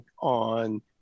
on